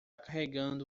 carregando